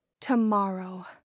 Tomorrow